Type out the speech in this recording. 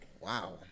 Wow